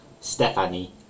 Stephanie